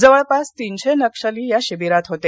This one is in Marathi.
जवळपास तिनशे नक्षली या शिबिरात होते